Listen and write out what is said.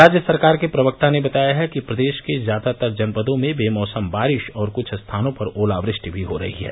राज्य सरकार के प्रवक्ता ने बताया है कि प्रदेश के ज्यादातर जनपदों में बेमौसम बारिश और कुछ स्थानों पर ओलावृष्टि भी हो रही है